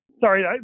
Sorry